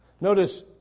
Notice